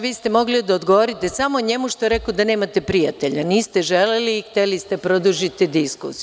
Vi ste mogli da odgovorite samo njemu što je rekao da nemate prijatelja, niste želeli, i hteli ste da produžite diskusiju.